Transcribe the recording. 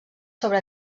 sobre